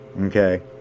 Okay